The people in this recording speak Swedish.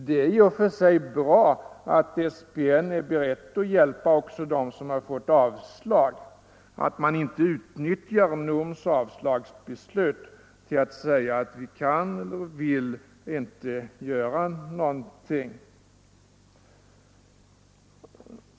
Det är i och för sig bra att SPN är beredd att hjälpa också dem som fått avslag och att man inte utnyttjar NOM:s avslagsbeslut till att säga att vi kan eller vill inte göra någonting.